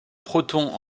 proton